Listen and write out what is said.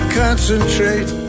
concentrate